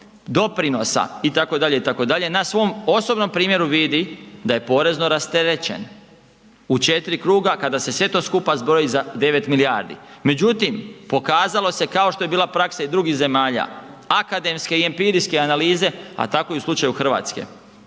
doprinosa itd., itd., na svom osobnom primjeru vidi da je porezno rasterećen. U 4 kruga kada se sve to skupa zbroji za 9 milijardi. Međutim pokazalo se kao što je bila praksa i drugih zemalja, akademske i empirijske analize a tako i u slučaju Hrvatske.